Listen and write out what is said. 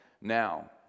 Now